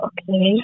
Okay